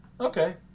Okay